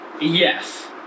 Yes